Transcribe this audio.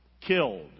killed